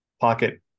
pocket